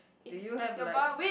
do you have like